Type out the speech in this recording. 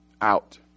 out